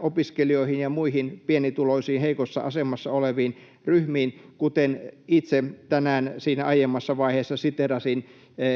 opiskelijoihin ja muihin pienituloisiin, heikossa asemassa oleviin ryhmiin. Kuten itse tänään siinä aiemmassa vaiheessa siteerasin